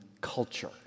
culture